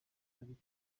ariko